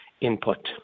input